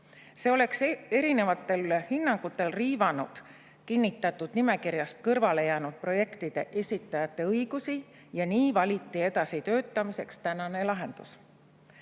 See oleks erinevatel hinnangutel riivanud kinnitatud nimekirjast kõrvale jäänud projektide esitajate õigusi. Nii valiti edasi töötamiseks tänane lahendus. Siinkohal